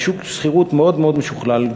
יש שוק שכירות מאוד מאוד משוכלל.